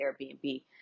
Airbnb